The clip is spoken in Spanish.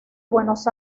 buenos